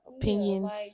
opinions